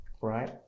right